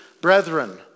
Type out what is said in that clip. brethren